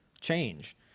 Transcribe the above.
change